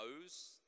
knows